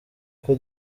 kuko